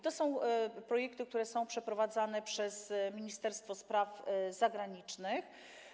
To są projekty, które są przeprowadzane przez Ministerstwo Spraw Zagranicznych.